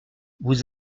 vous